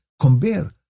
compare